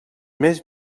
més